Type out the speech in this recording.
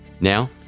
now